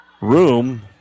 room